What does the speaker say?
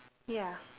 ya